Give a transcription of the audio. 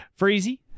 Freezy